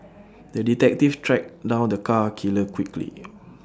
the detective tracked down the cat killer quickly